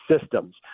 systems